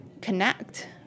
connect